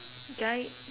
guide